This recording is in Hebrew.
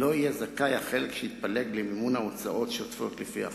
לא יהיה זכאי החלק שהתפלג למימון ההוצאות השוטפות לפי החוק.